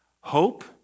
hope